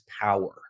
power